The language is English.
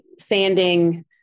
sanding